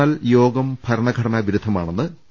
എന്നാൽ യോഗം ഭരണഘടനാ വിരുദ്ധമാണെന്ന് പി